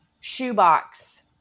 shoebox